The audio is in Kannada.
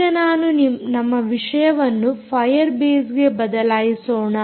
ಈಗ ನಾನು ನಮ್ಮ ವಿಷಯವನ್ನು ಫಾಯರ್ ಬೇಸ್ಗೆ ಬದಲಾಯಿಸೋಣ